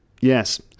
Yes